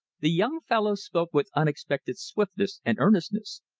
the young follow spoke with unexpected swiftness and earnestness.